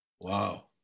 wow